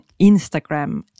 Instagram